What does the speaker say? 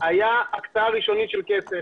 הייתה הקצאה ראשונית של כסף